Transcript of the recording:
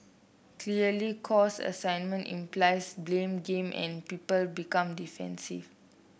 clearly cause assignment implies blame game and people become defensive